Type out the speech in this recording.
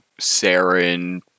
Saren